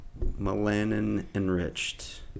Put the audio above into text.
melanin-enriched